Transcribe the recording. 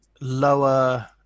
Lower